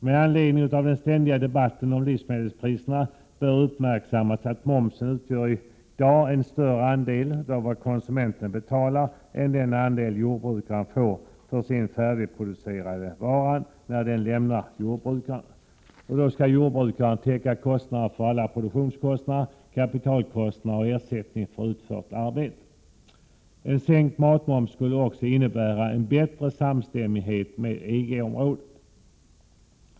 Med anledning av den ständiga debatten om livsmedelspriserna bör uppmärksammas att momsen i dag utgör en större andel av vad konsumenten betalar än den jordbrukaren får för den färdigproducerade varan när den lämnar jordbrukaren. Och då skall jordbrukaren betala alla produktionskostnader, kapitalkostnader och ersättning för utfört arbete. En sänkt matmoms skulle också innebära en bättre samstämmighet med EG-området.